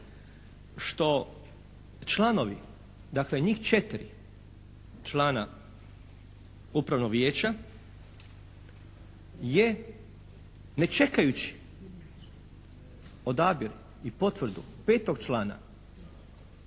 što članovi dakle njih četiri člana Upravnog vijeća je ne čekajući odabir i potvrdu petog člana,